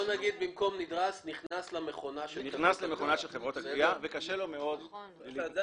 נכנס למכונה של חברות הגבייה וקשה לו מאוד להתמודד.